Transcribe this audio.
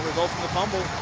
the fumble.